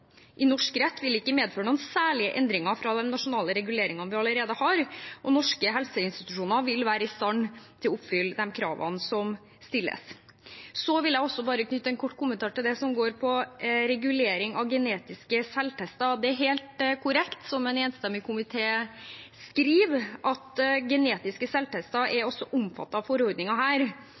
i norsk rett vil ikke medføre noen særlige endringer fra de nasjonale reguleringene vi allerede har, og norske helseinstitusjoner vil være i stand til å oppfylle de kravene som stilles. Så vil jeg også bare knytte en kort kommentar til det som går på regulering av genetiske selvtester. Det er helt korrekt – som en enstemmig komité skriver – at genetiske selvtester også er omfattet av